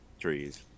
trees